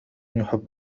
يحب